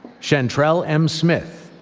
shantrell m. smith.